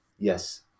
Yes